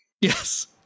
Yes